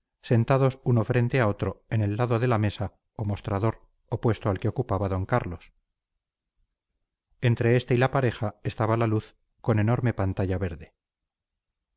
sentados uno frente a otro en el lado de la mesa o mostrador opuesto al que ocupaba d carlos entre este y la pareja estaba la luz con enorme pantalla verde